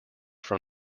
from